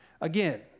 again